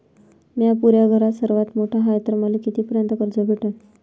म्या पुऱ्या घरात सर्वांत मोठा हाय तर मले किती पर्यंत कर्ज भेटन?